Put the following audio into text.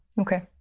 Okay